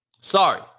Sorry